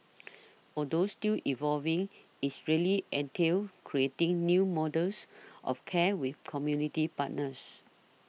although still evolving is really entails creating new models of care with community partners